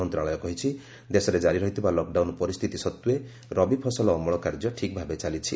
ମନ୍ତ୍ରଣାଳୟ କହିଛି ଦେଶରେ ଜାରି ରହିଥିବା ଲକ୍ଡାଉନ ପରିସ୍ଥିତି ସତ୍ତ୍ୱେ ରବି ଫସଲ ଅମଳ କାର୍ଯ୍ୟ ଠିକ୍ ଭାବେ ଚାଲିଛି